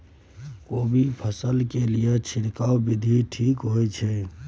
कोबी फसल के लिए छिरकाव विधी ठीक होय छै?